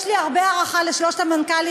יש לי הרבה הערכה לשלושת המנכ"לים,